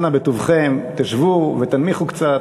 אנא בטובכם, תשבו ותנמיכו קצת.